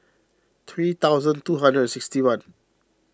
three thousand two hundred and sixty one